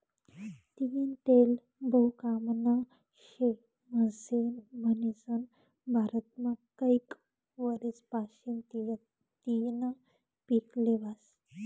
तीयीनं तेल बहु कामनं शे म्हनीसन भारतमा कैक वरीस पाशीन तियीनं पिक ल्हेवास